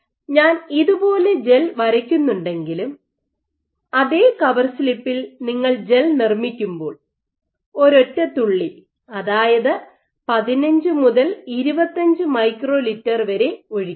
ഞാൻ ഇതുപോലെ ജെൽ വരയ്ക്കുന്നുണ്ടെങ്കിലും അതേ കവർ സ്ലിപ്പിൽ നിങ്ങൾ ജെൽ നിർമ്മിക്കുമ്പോൾ ഒരൊറ്റ തുള്ളി അതായത് 15 മുതൽ 25 മൈക്രോലിറ്റർ വരെ ഒഴിക്കുക